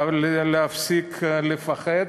להפסיק לפחד,